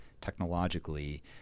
technologically